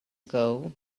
ago